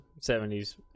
70s